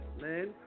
Man